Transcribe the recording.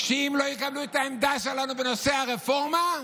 אם לא יקבלו את העמדה שלנו בנושא הרפורמה,